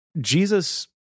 Jesus